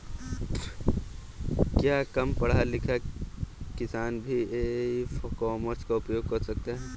क्या कम पढ़ा लिखा किसान भी ई कॉमर्स का उपयोग कर सकता है?